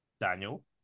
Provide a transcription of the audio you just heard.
Daniel